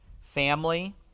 family